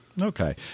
okay